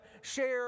share